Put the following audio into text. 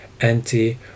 anti-